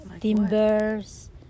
Timbers